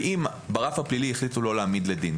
אם ברף הפלילי החליטו לא להעמיד לדין,